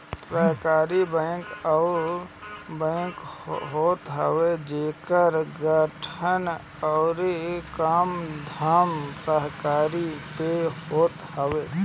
सहकारी बैंक उ बैंक होत हवे जेकर गठन अउरी कामधाम सहकारिता पे होत हवे